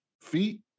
feet